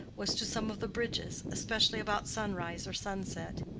was to some of the bridges, especially about sunrise or sunset.